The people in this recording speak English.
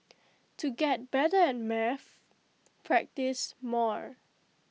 to get better at maths practise more